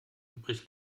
übrig